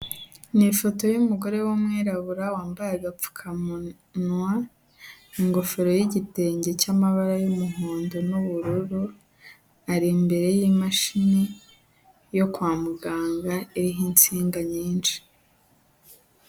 Ni ifoto y'umugore w'umwirabura wambaye agapfukamuwa, ingofero y'igitenge cy'amabara y'umuhondo n'ubururu, ari imbere y'imashini yo kwa muganga iriho insinga nyinshi.